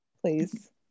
please